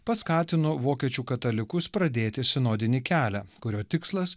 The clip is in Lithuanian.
paskatino vokiečių katalikus pradėti sinodinį kelią kurio tikslas